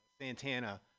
Santana